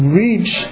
reach